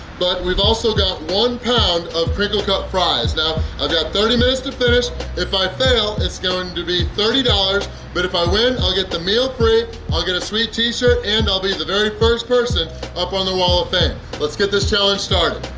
but we've also got one pound of crinkle-cut fries, now i've got thirty minutes to finish if i fail it's going to be thirty dollars but if i win i'll get the meal free, i'll get a sweet t-shirt, and i'll be the very first person up on the wall of fame! let's get this challenge started!